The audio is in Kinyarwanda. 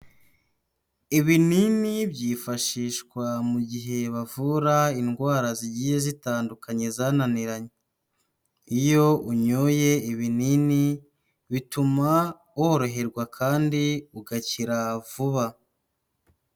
Ibinini byifashishwa mu gihe bavura indwara zigiye zitandukanye zananiranye, iyo unyoye ibinini bituma woroherwa kandi ugakira vuba.